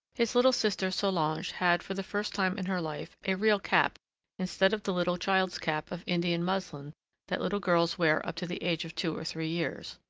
his little sister solange had, for the first time in her life, a real cap instead of the little child's cap of indian muslin that little girls wear up to the age of two or three years.